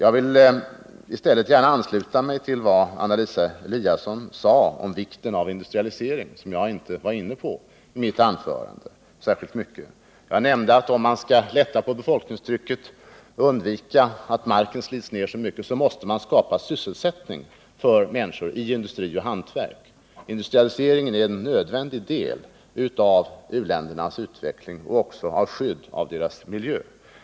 I det sammanhanget vill jag ansluta mig till vad Anna Lisa Lewén-Eliasson sade om vikten av industrialisering, något som jag inte var inne på särskilt mycket i mitt anförande. Jag nämnde emellertid att om man skall klara befolkningstrycket och undvika att marken slits ner så mycket, så måste man skapa sysselsättning inom industri och hantverk för människorna. Industrialiseringen är en nödvändig del av u-ländernas utveckling, och den är också nödvändig för att minska trycket på deras miljö.